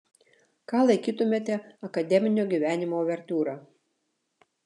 ką laikytumėte akademinio gyvenimo uvertiūra